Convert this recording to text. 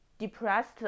depressed